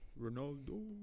Ronaldo